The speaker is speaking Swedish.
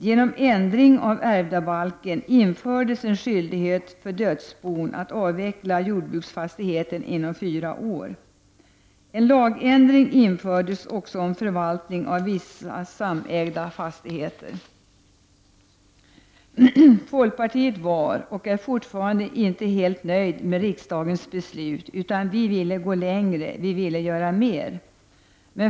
Genom ändring av ärvdabalken infördes en skyldighet för dödsbon att avveckla jordbruksfastigheten inom fyra år. En lagändring infördes också om förvaltning av vissa samägda fastigheter. Folkpartiet var och är fortfarande inte helt nöjt med riksdagens beslut, utan vi ville gå längre. Vi ville göra mer.